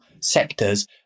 sectors